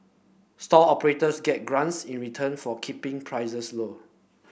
stall operators get grants in return for keeping prices low